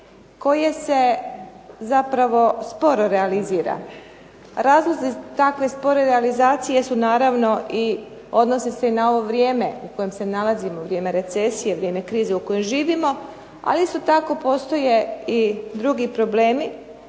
koje se zapravo sporo realizira. Razlozi takve spore realizacije su naravno i odnosi se na ovo vrijeme u kojem se nalazimo, vrijeme recesije, vrijeme krize u kojoj živimo. Ali isto tako postoje i drugi problemi